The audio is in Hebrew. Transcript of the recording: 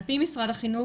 על פי משרד החינוך,